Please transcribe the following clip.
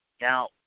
Now